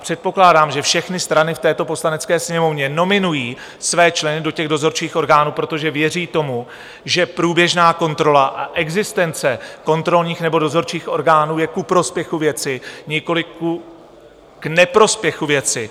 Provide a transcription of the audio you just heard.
Předpokládám, že všechny strany v této Poslanecké sněmovně nominují své členy do těch dozorčích orgánů, protože věří tomu, že průběžná kontrola a existence kontrolních nebo dozorčích orgánů je ku prospěchu věci, nikoliv k neprospěchu věci.